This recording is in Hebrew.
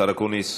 השר אקוניס,